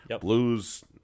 Blues